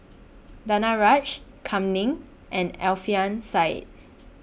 Danaraj Kam Ning and Alfian Sa'at